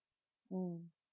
mm